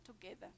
together